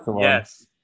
Yes